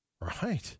Right